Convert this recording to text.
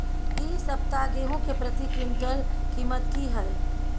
इ सप्ताह गेहूं के प्रति क्विंटल कीमत की हय?